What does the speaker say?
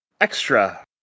extra